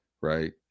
right